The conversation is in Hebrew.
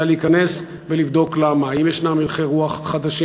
אלא להיכנס ולבדוק למה,